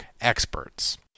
experts